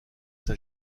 ça